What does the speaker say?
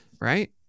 right